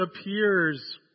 appears